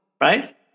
right